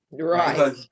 Right